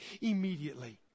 immediately